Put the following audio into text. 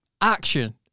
Action